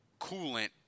coolant